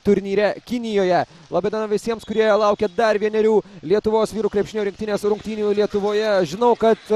turnyre kinijoje laba diena visiems kurie laukia dar vienerių lietuvos vyrų krepšinio rinktinės rungtynių lietuvoje žinau kad